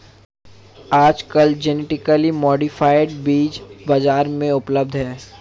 आजकल genetically modified बीज बाजार में उपलब्ध है